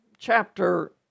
Chapter